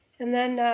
and then.